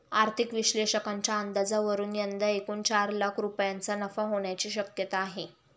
आर्थिक विश्लेषकांच्या अंदाजावरून यंदा एकूण चार लाख रुपयांचा नफा होण्याची शक्यता आहे